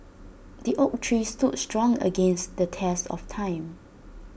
the oak tree stood strong against the test of time